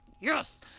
yes